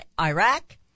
Iraq